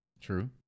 True